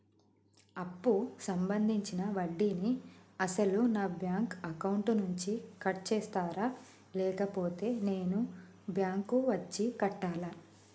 అప్పు సంబంధించిన వడ్డీని అసలు నా బ్యాంక్ అకౌంట్ నుంచి కట్ చేస్తారా లేకపోతే నేను బ్యాంకు వచ్చి కట్టాలా?